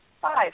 five